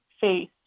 face